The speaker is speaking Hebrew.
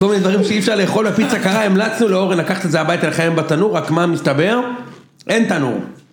כל מיני דברים שאי אפשר לאכול על פיצה קרה, המלצנו לאורן לקחת את זה הביתה לחמם בתנור, רק מה מסתבר, אין תנור.